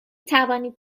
توانید